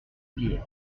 biais